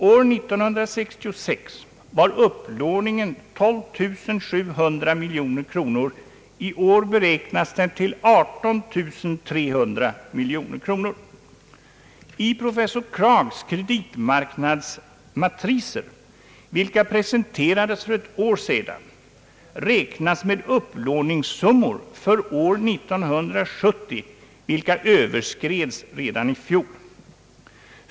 År 1966 var nyupplåningen 12700 miljoner kronor, i år beräknas den till 18300 miljoner kronor. I professor Kraghs kreditmarknadsmatriser, vilka presenterades för ett år sedan, räknas med upplåningssummor för år 1970 vilka överskreds redan i fjol.